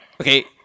Okay